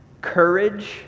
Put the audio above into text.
courage